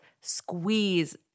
squeeze